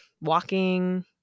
walking